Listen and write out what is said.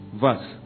verse